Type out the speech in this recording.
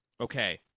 Okay